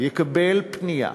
יקבל פנייה,